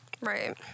Right